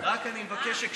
אני פונה לחברות שהתקוממו,